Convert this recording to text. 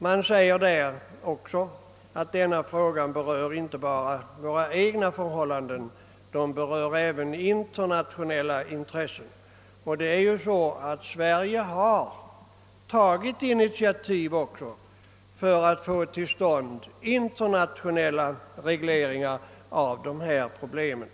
Men frågan berör ju inte bara våra egna förhållanden utan även internationella intressen. Sverige har också tagit initiativ för att få till stånd en internationell reglering av problemen.